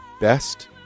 best